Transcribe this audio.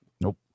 Nope